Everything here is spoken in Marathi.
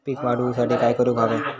पीक वाढ होऊसाठी काय करूक हव्या?